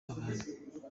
abana